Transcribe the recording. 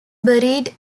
buried